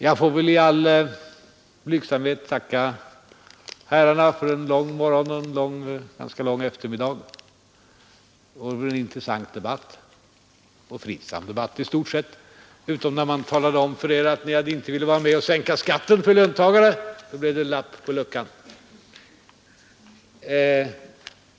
Jag får väl i all blygsamhet tacka herrarna för en lång morgon och en ganska lång eftermiddag och för en intressant debatt och en fridsam debatt i stort sett — utom när man påminde er om att ni inte ville vara med om att sänka skatten för löntagarna. Då blev det luft i luckan.